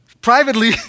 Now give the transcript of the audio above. Privately